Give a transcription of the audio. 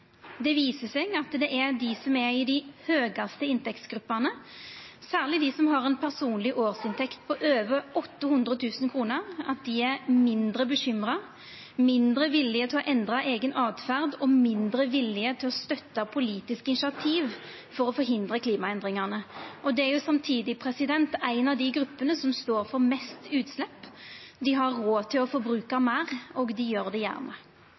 Det viser seg at dei som er i dei høgaste inntektsgruppene, særleg dei som har ei personleg årsinntekt på over 800 000 kr, er mindre bekymra, mindre villige til å endra eiga åtferd og mindre villige til å støtta politiske initiativ for å forhindra klimaendringane. Det er samtidig ei av dei gruppene som står for mest utslepp. Dei har råd til å forbruka meir, og dei gjer det gjerne.